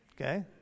Okay